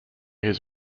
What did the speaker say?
his